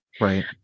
Right